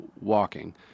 walking